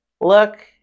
look